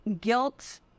guilt